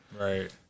right